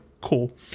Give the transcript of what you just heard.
Cool